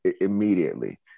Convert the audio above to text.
immediately